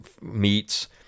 meats